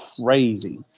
crazy